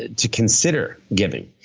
to consider giving.